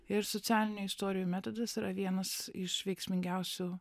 ir socialinių istorijų metodas yra vienas iš veiksmingiausių